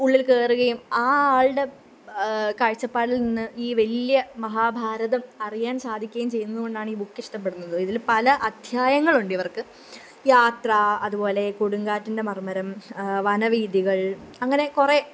ഉള്ളില് കയറുകയു ആ ആളുടെ കാഴ്ച്ചപ്പാടില് നിന്ന് ഈ വലിയ മഹാഭാരതം അറിയാന് സാധിക്കുകയും ചെയ്യുന്നത് കൊണ്ടാണ് ഈ ബുക്ക് ഇഷ്ടപ്പെടുന്നത് ഇതില് പല അദ്ധ്യായങ്ങളുണ്ട് ഇവർക്ക് യാത്രാ അതുപോലെ കൊടുങ്കാറ്റിന്റെ മര്മ്മരം വനവീഥികള് അങ്ങനെ കുറെ